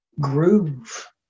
groove